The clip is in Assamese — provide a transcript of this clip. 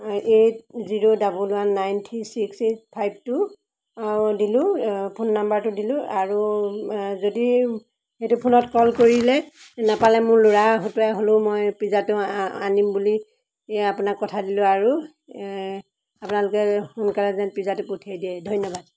eight zero double one nine three six eight five two দিলোঁ ফোন নাম্বাৰটো দিলোঁ আৰু যদি সেইটো ফোনত ক'ল কৰিলে নাপালে মোৰ ল'ৰাৰ হতুৱাই হ'লেও মই পিজ্জাটো আনিম বুলি আপোনাক কথা দিলোঁ আৰু আপোনালোকে সোনকালে যেন পিজ্জাটো পঠিয়াই দিয়ে ধন্যবাদ